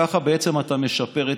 ככה בעצם אתה משפר.